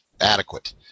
adequate